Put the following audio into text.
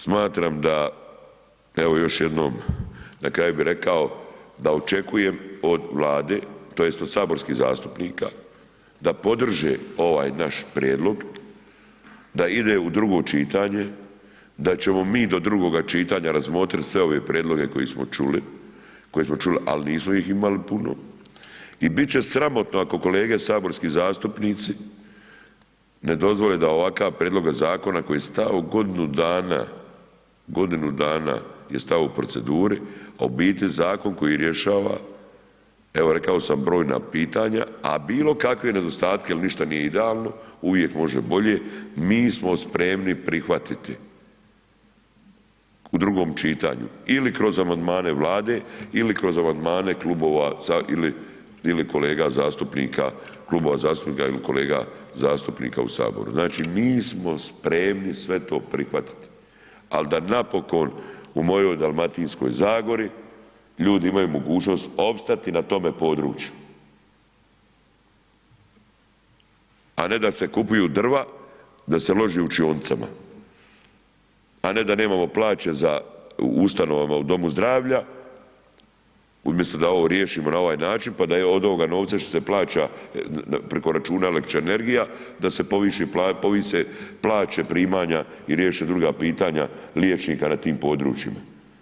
Smatram da evo još jednom na kraju bi rekao da očekujem od Vlade tj. od saborskih zastupnika da podrže ovaj naš prijedlog, da ide u drugo čitanje, da ćemo mi do drugoga čitanja razmotriti sve ove prijedloge koje smo čuli ali nismo ih imali puno i bit će sramotno ako kolege saborski zastupnici ne dozvole da ovakav prijedlog zakona koji je stajao godinu dana je stajao u proceduru a u biti zakon koji rješava evo rekao sam, brojna pitanja a bilokakve nedostatke jer ništa nije idealno, uvijek može bolje, mi smo spremni prihvatiti u drugom čitanju ili kroz amandmane Vlade ili kroz amandmane klubova zastupnika ili kolega zastupnika u Saboru, znači mi smo spremni sve to prihvatiti ali da napokon u mojoj Dalmatinskoj zagori ljudi imaju mogućnost opstati na tome području a ne da se kupuju drva, da se loži u učionicama, a ne da nemamo plaće za u ustanovama u domu zdravlja, umjesto da ovo riješimo na ovaj način pa da od ovog novca što se plaća preko računa električna energija, da se povise plaće primanja i riješe druga pitanja liječnika na tim područjima.